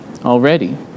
already